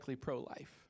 pro-life